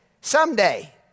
Someday